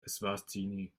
eswatini